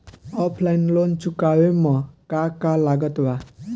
Offline loan चुकावे म का का लागत बा?